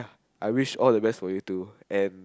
I wish all the best for you too and